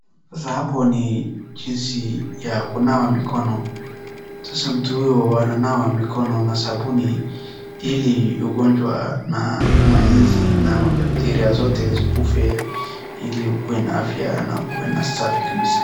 Sasa hapo ni jinsi ya kunawa mikono. Sasa mtu huyo ana nawa mikono na sabuni ili ugonjwa na manzi na mabacteria zote zikufe ili ukuwe na afya na ukuwe na safi kabisa,